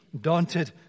daunted